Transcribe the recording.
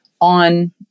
on